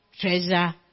treasure